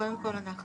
קודם כל אנחנו